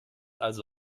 also